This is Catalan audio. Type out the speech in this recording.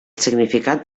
significat